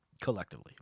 Collectively